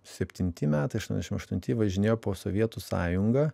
septinti metai aštuoniasdešim aštunti važinėjo po sovietų sąjungą